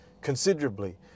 considerably